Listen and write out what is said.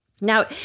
Now